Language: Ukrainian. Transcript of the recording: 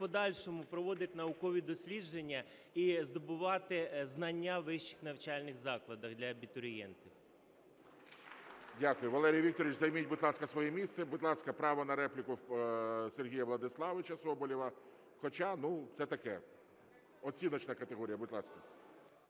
проводити наукові дослідження і здобувати знання у вищих навчальних закладах для абітурієнтів. ГОЛОВУЮЧИЙ. Дякую. Валерій Вікторович, займіть, будь ласка, своє місце. Будь ласка, право на репліку в Сергія Владиславовича Соболєва, хоча, ну, це таке, оціночна категорія. Будь ласка.